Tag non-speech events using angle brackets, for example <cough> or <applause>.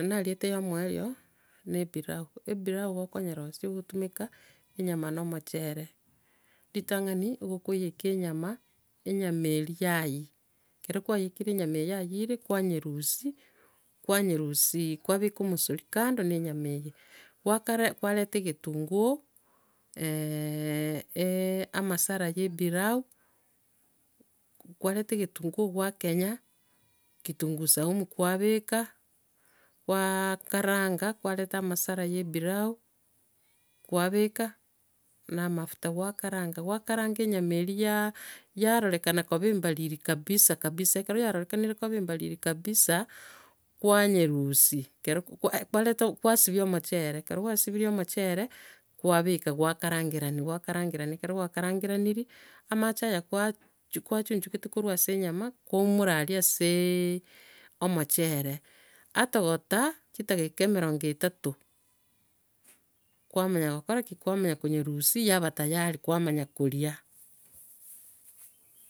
Nariete yo omoerio, ne epilau, epilau gokonyerosia ogotumeka, enyama no omochere. Ritang'ani nigo okoiyeka enyama, enyama eria yaiyi. Ekero kwaiyekire enyama eye, yaiyire, kwanyerusia, kwanyerusia kwabeka omosori kando ne enyama eria, gwakara- kwareta egentunguo, <hesitation> eh <hesitation> amasala ye epilau, kwareta egetunguo gwakenya, kitungu saumu, kwabeka, gwakaranga, kwareta amasala ye epilau, kwabeka, na amafuta, gwakaranga, gwakaranga enyama eria yarorekana koba embariri kabisa kabisa. Ekero yarorekanirie koba embariri kabisa, kwanyeruusia. Ekero- ok- kwa--eh- kwareta- o gwasibi omochere. Ekero gwasibirie omochere kwabeka, gwakarangerania gwakarangerania. Ekero gwakarangeranirie, amache aya, kwaa- chu- kwachunchugete koru ase enyama, kwaumora aria aseee omochere. Atogoota, chidakika emerongo etatu. Kwamanya gokora ki? Kwamanya konyerusia yaba tayari, kwamanya koria.